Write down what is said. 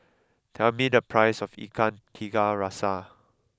tell me the price of Ikan Tiga Rasa